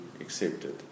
accepted